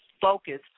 focus